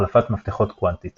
החלפת מפתחות קוונטית